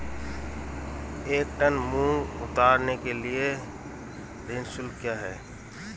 एक टन मूंग उतारने के लिए श्रम शुल्क क्या है?